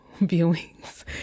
viewings